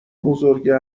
بزرگه